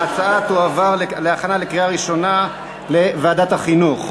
ההצעה תועבר להכנה לקריאה ראשונה לוועדת החינוך.